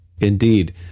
Indeed